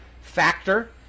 factor